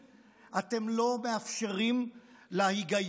אתם לא מאפשרים להיגיון הבריא,